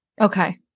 Okay